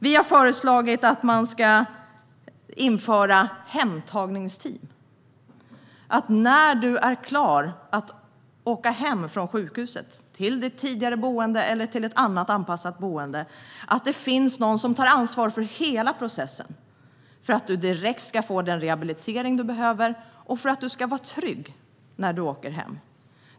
Vi har föreslagit att man ska införa hemtagningsteam. När man är klar att åka hem från sjukhuset till sitt tidigare boende eller till ett annat anpassat boende ska det finnas någon som tar ansvar för hela processen för att man direkt ska få den rehabilitering man behöver och för att man ska vara trygg när man åker hem.